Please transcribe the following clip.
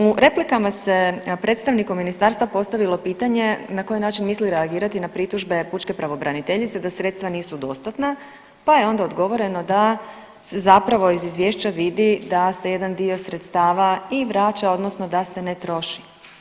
U replikama se predstavniku ministarstva postavilo pitanje na koji način misli reagirati na pritužbe pučke pravobraniteljice da sredstva nisu dostatna pa je onda odgovoreno da se zapravo iz izvješća vidi da se jedan dio sredstava i vraća odnosno da se ne troši.